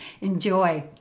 enjoy